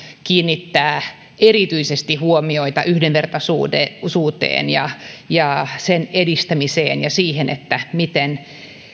kiinnittää erityisesti huomiota yhdenvertaisuuteen ja sen edistämiseen ja siihen miten